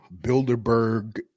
Bilderberg